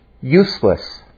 useless